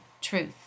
truth